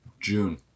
June